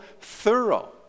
thorough